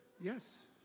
Yes